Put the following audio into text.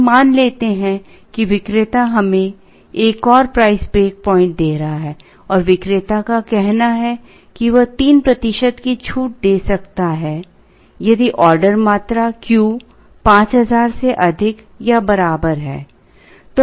अब मान लेते हैं कि विक्रेता हमें एक और प्राइस ब्रेक प्वाइंट दे रहा है और विक्रेता का कहना है कि वह 3 प्रतिशत की छूट दे सकता है यदि ऑर्डर मात्रा Q 5000 से अधिक या बराबर है